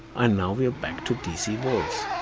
and now we are back to dc volts.